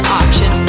option